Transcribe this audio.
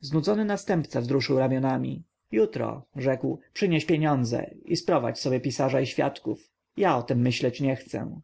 znudzony następca wzruszył ramionami jutro rzekł przynieś pieniądze i sprowadź sobie pisarza i świadków ja o tem myśleć nie chcę